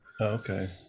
Okay